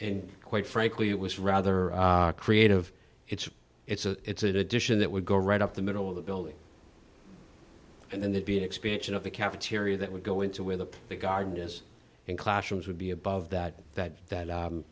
and quite frankly it was rather creative it's it's a tradition that would go right up the middle of the building and then there'd be an expansion of the cafeteria that would go into where the garden is and classrooms would be above that that that